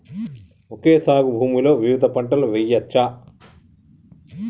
Okay సాగు భూమిలో వివిధ పంటలు వెయ్యచ్చా?